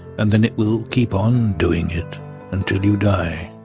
and then it will keep on doing it until you die,